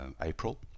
April